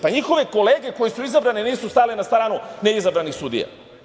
Pa, njihove kolege koje su izabrane nisu stale na stranu neizabranih sudija.